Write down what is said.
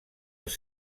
els